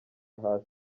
hasi